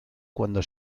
cuando